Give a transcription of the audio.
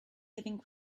living